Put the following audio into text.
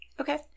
Okay